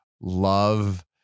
love